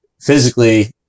physically